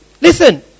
listen